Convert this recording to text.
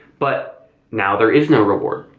but now there is no reward.